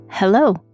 Hello